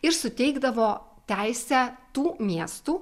ir suteikdavo teisę tų miestų